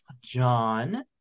John